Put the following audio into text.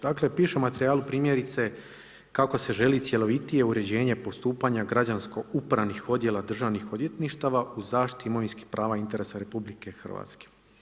Dakle, piše u materijalu primjerice kako se želi cjelovitije uređenje postupanja građansko-upravnih odjela državnih odvjetništava u zaštiti imovinskih prava i interesa Republike Hrvatske.